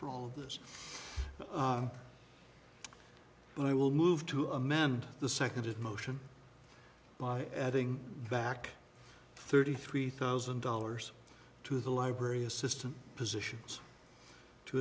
for all of this but i will move to amend the second it motion by adding back thirty three thousand dollars to the library assistant positions to